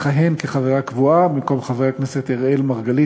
בצירוף קולו של חבר הכנסת צחי הנגבי,